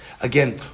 again